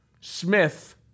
Smith